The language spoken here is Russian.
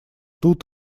тут